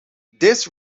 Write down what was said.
this